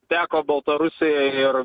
teko baltarusijoje ir